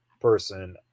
person